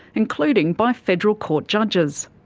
including by federal court judges.